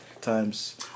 times